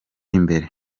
imbere